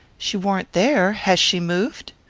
she warn't there? has she moved?